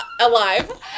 alive